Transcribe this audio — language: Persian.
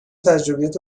تجربیات